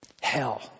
hell